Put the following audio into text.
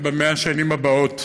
שב-100 השנים הבאות